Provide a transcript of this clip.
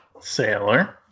Sailor